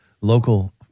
local